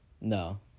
No